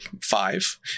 five